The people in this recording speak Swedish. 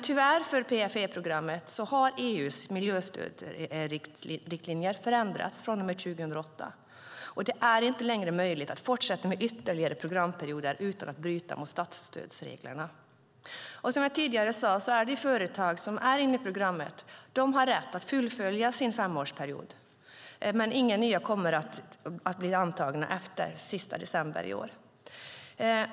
Tyvärr för PFE-programmet har EU:s miljöstödsriktlinjer förändrats från och med 2008, och det är inte längre möjligt att fortsätta med ytterligare programperioder utan att bryta mot statsstödsreglerna. Som jag tidigare sade har de företag som är inne i programmet rätt att fullfölja sin femårsperiod, men inga nya kommer att bli antagna efter den 31 december i år.